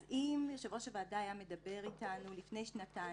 אז אם יושב-ראש הוועדה היה מדבר אתנו לפני שנתיים,